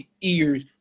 ears